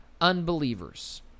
unbelievers